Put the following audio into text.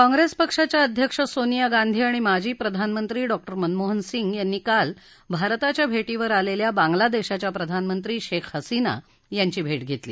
काँग्रेस पक्षाच्या अध्यक्ष सोनिया गांधी आणि माजी प्रधानमंत्री डॉक्टर मनमोहन सिंग यांनी काल भारताच्या भेटीवर आलेल्या बांग्लादेशाच्या प्रधानमंत्री शेख हसीना यांची भेट घेतली